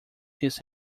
his